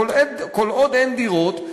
כל עוד אין דירות,